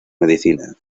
medicina